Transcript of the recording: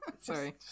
Sorry